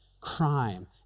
crime